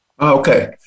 Okay